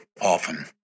often